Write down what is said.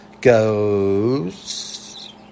goes